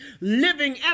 Living